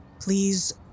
please